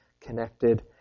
connected